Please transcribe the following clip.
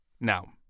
Now